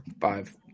five